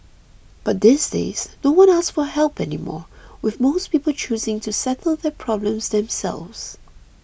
but these days no one asks for help anymore with most people choosing to settle their problems themselves